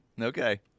okay